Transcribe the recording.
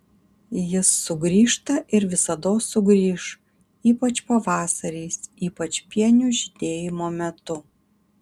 jis sugrįžta ir visados sugrįš ypač pavasariais ypač pienių žydėjimo metu